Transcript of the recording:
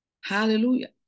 Hallelujah